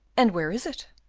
and where is it?